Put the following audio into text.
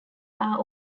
are